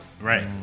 Right